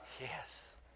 yes